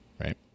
right